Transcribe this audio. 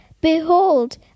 behold